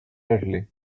early